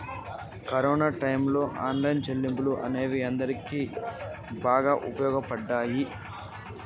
corona టైయ్యంలో online చెల్లింపులు అనేవి అందరికీ బాగా వుపయోగపడ్డయ్యి